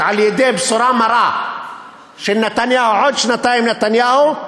על-ידי הבשורה המרה של עוד שנתיים נתניהו,